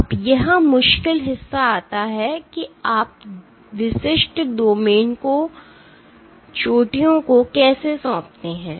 अब यह मुश्किल हिस्सा आता है आप विशिष्ट डोमेन को चोटियों को कैसे सौंपते हैं